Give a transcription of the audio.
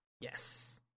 yes